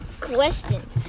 question